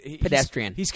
Pedestrian